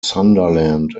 sunderland